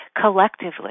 Collectively